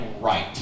right